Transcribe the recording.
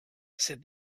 said